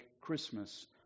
Christmas